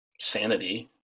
sanity